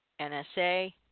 NSA